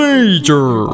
Major